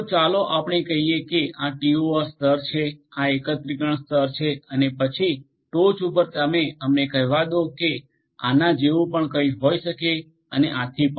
તો ચાલો આપણે કહીએ કે આ ટીઓઆરસ્તર છે આ એકત્રીકરણ સ્તર છે અને પછી ટોચ પર તમે અમને કહેવા દો કે આના જેવું પણ આ હોઈ શકે અને આથી પણ